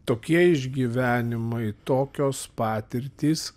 tokie išgyvenimai tokios patirtys